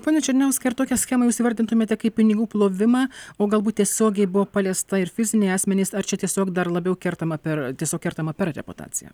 pone černiauskai ar tokią schemą jūs įvardintumėte kaip pinigų plovimą o galbūt tiesiogiai buvo paliesta ir fiziniai asmenys ar čia tiesiog dar labiau kertama per tiesiog kertama per reputaciją